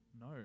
No